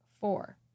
four